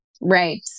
right